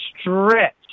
stretch